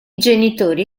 genitori